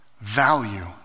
value